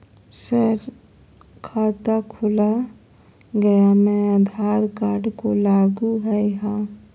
Sir खाता खोला गया मैं आधार कार्ड को लागू है हां?